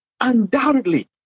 undoubtedly